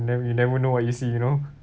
never you never know what you see you know